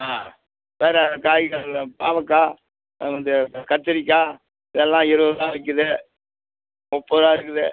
ஆ சரி காய்கறியில் பாவக்காய் வந்து கத்திரிக்காய் எல்லாம் இருபது ரூபா விற்கிது முப்பது ரூபா இருக்குது